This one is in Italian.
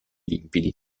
limpidi